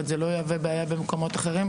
זה לא יהווה בעיה במקומות אחרים?